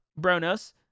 Bronos